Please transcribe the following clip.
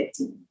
15